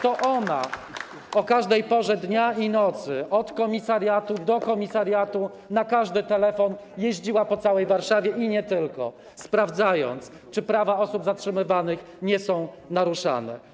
To ona o każdej porze dnia i nocy od komisariatu do komisariatu, na każdy telefon, jeździła po całej Warszawie, i nie tylko, sprawdzając, czy prawa osób zatrzymywanych nie są naruszane.